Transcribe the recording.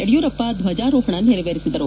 ಯಡಿಯೂರಪ್ಪ ದ್ವಜಾರೋಹಣ ನೆರವೇರಿಸಿದರು